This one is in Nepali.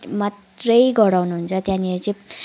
मात्रै गराउनुहुन्छ त्यहाँनेरि चाहिँ